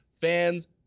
Fans